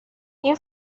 این